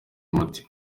umuti